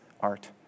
art